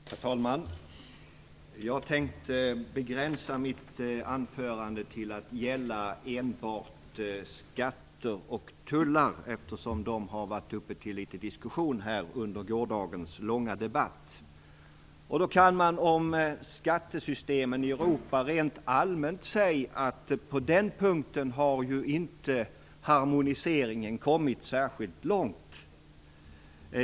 Herr talman! Jag tänkte begränsa mitt anförande till att gälla enbart skatter och tullar eftersom det var uppe till diskussion under gårdagens långa debatt. Om skattesystemen i Europa kan man rent allmänt säga att harmoniseringen på den punkten inte har kommit särskilt långt.